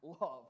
love